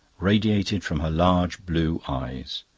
radiated from her large blue eyes.